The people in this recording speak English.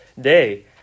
day